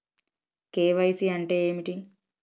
KYC అంటే ఏమిటి?